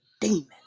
demon